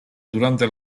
durante